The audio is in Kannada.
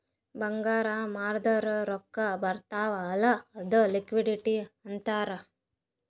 ಬಂಗಾರ್ ಮಾರ್ದುರ್ ರೊಕ್ಕಾ ಬರ್ತಾವ್ ಅಲ್ಲ ಅದು ಲಿಕ್ವಿಡಿಟಿ ಆತ್ತುದ್